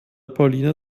pauline